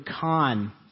Khan